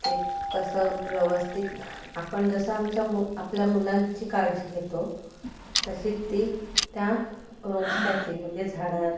ते कसं व्यवस्थित आपण जसं आमच्या मु आपल्या मुलांची काळजी घेतो तशी ती त्या रोपट्याची म्हणजे झाडा